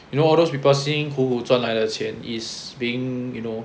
you know all those people 幸幸苦苦赚来的钱 is being you know